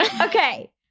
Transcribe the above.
Okay